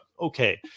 Okay